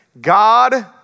God